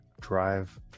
drive